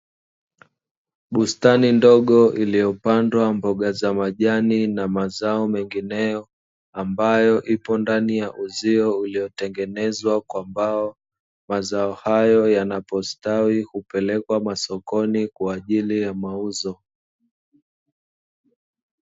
Bustani ndogo iliyopandwa mboga za majani na mazao mengineyo, ambayo ipo ndani ya uzio uliotengenezwa kwa mbao. Mazao hayo yanapostawi hupelekwa masokoni kwa ajili ya mauzo.